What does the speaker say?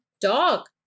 dog